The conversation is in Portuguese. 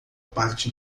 parte